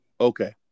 Okay